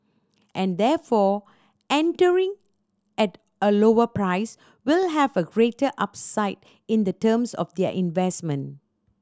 and therefore entering at a lower price will have a greater upside in the terms of their investment